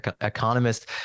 economist